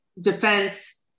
defense